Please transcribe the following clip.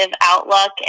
outlook